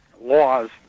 laws